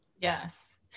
Yes